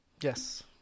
Yes